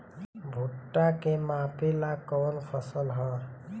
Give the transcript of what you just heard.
भूट्टा के मापे ला कवन फसल ह?